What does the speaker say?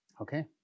Okay